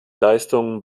leistungen